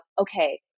okay